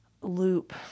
loop